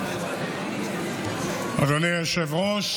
אדוני היושב-ראש,